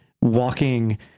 walking